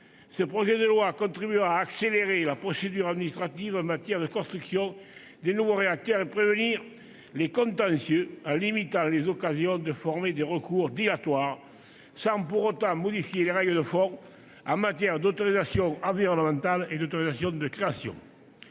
ce projet de loi contribuera à accélérer la procédure administrative en matière de construction de nouveaux réacteurs et à prévenir les contentieux en limitant les occasions de former des recours dilatoires, sans pour autant modifier les règles de fond des autorisations environnementales et des autorisations de création.